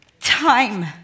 time